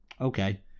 Okay